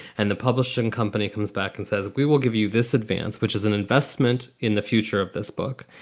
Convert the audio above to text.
and the publishing company comes back and says, we will give you this advance, which is an investment in the future of this book.